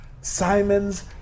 Simon's